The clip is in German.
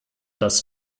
das